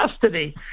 custody